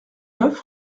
neuf